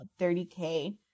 $30K